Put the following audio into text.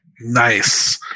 Nice